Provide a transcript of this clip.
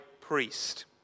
priest